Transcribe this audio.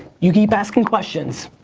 you keep asking questions,